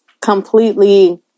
completely